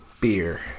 Beer